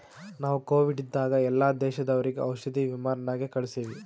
ನಾವು ಕೋವಿಡ್ ಇದ್ದಾಗ ಎಲ್ಲಾ ದೇಶದವರಿಗ್ ಔಷಧಿ ವಿಮಾನ್ ನಾಗೆ ಕಳ್ಸಿವಿ